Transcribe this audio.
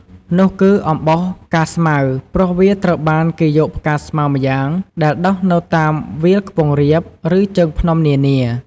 នោះគឺអំបោសផ្កាស្មៅ ព្រោះវាត្រូវបានគេយកផ្កាស្មៅម្យ៉ាង ដែលដុះនៅតាមវាលខ្ពង់រាប ឬជើងភ្នំនានា។